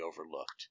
overlooked